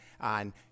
on